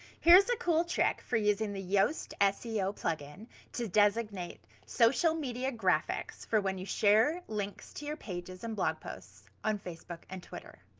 here's a cool trick for using the yoast seo plugin to designate social media graphics for when you share links to your pages and blog posts on facebook and twitter.